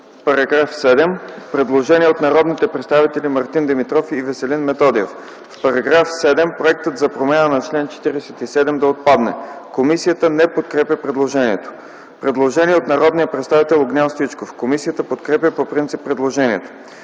По § 7 има предложение от народните представители Мартин Димитров и Веселин Методиев – в § 7, проектът за промяна на чл. 47 да отпадне. Комисията не подкрепя предложението. Предложение от народния представител Огнян Стоичков. Комисията подкрепя по принцип предложението.